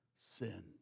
sin